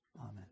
Amen